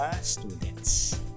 students